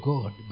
God